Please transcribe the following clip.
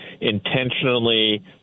intentionally